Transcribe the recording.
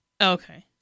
Okay